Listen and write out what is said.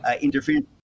interference